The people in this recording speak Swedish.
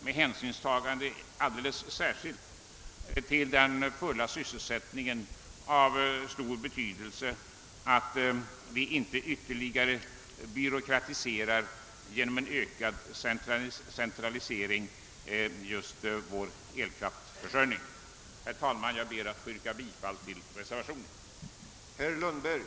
Med hänsyn alldeles särskilt till den fulla sysselsättningen är det därför av stor betydelse att vi inte genom ökad centralisering ytterligare byråkratiserar vår elkraftförsörjning. Herr talman! Jag ber att få yrka bifall till reservationen.